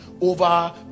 over